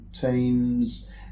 teams